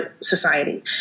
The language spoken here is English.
society